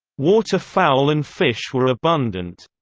water fowl and fish were abundant.